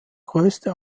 größte